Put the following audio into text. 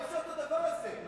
אי-אפשר את הדבר הזה.